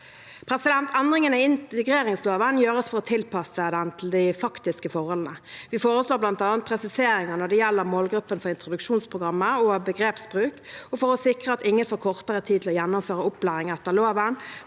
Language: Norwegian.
Endringene i integreringsloven gjøres for å tilpasse den til de faktiske forholdene. Vi foreslår bl.a. presiseringer når det gjelder målgruppen for introduksjonsprogrammet og begrepsbruk. For å sikre at ingen får kortere tid til å gjennomføre opplæring etter loven,